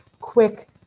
quick